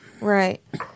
Right